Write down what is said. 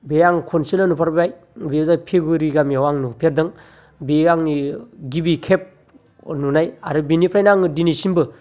बे आं खनसेल' नुफेरबाय बेयो फिगुरि गामियाव आं नुफेरदों बेयो आंनि गिबि खेब नुनाय आरो बिनिफ्रायनो आङो दिनैसिमबो